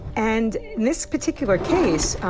and in this particular case,